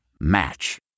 Match